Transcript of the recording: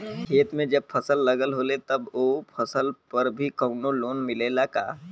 खेत में जब फसल लगल होले तब ओ फसल पर भी कौनो लोन मिलेला का?